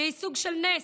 שהיא סוג של נס,